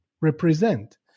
represent